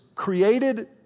created